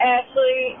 Ashley